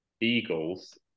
Eagles